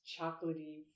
chocolatey